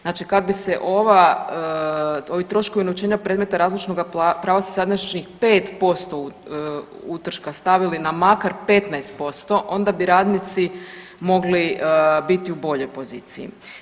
Znači kad bi se ova, ovi troškovi unovčenja predmeta razlučnoga prava sa sadašnjih 5% utroška stavili na makar 15% onda bi radnici mogli biti u boljoj poziciji.